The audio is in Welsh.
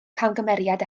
camgymeriad